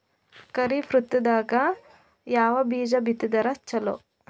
ಖರೀಫ್ ಋತದಾಗ ಯಾವ ಬೀಜ ಬಿತ್ತದರ ಚಲೋ?